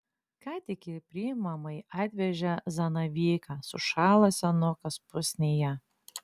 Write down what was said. ką tik į priimamąjį atvežė zanavyką sušalo senukas pusnyje